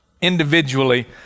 individually